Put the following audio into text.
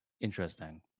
Interesting